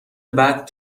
بعد